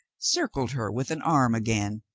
circled her with an arm again.